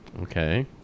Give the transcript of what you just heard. Okay